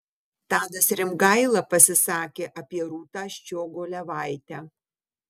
tadas rimgaila pasisakė apie rūtą ščiogolevaitę